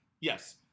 Yes